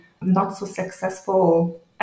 not-so-successful